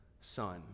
son